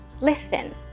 listen